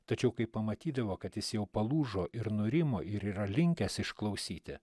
tačiau kai pamatydavo kad jis jau palūžo ir nurimo ir yra linkęs išklausyti